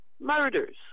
murders